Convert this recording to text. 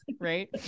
right